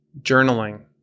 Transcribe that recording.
journaling